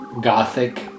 gothic